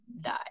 die